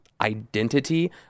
identity